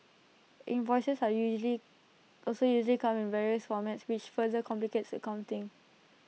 invoices are usually also usually come in various formats which further complicates accounting